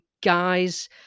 Guys